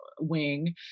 wing